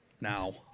Now